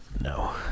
No